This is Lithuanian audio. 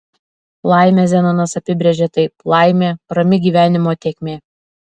laimę zenonas apibrėžė taip laimė rami gyvenimo tėkmė